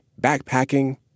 backpacking